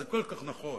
זה כל כך נכון.